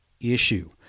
issue